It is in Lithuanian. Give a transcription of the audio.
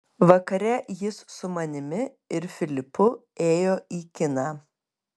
vakare jis su manimi ir filipu ėjo į kiną